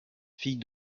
fille